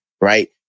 right